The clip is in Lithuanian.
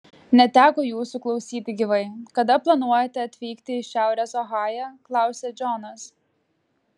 neteko jūsų klausyti gyvai kada planuojate atvykti į šiaurės ohają klausia džonas